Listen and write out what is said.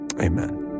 amen